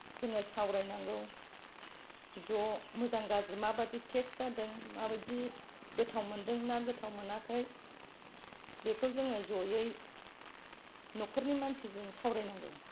जोङो सावरायनांगौ ज' मोजां गाज्रि माबादि टेस्ट जादों माबायदि गोथाव मोनदों ना मोनाखै बेखौ जोङो जयै न'खरनि मानसिजों सावरायनांगौ